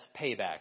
payback